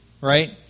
right